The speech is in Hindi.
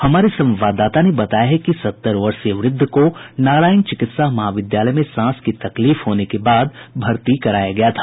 हमारे संवाददाता ने बताया है कि सत्तर वर्षीय व्रद्ध को नारायण चिकित्सा महाविद्यालय में सांस की तकलीफ होने के बाद भर्ती कराया गया था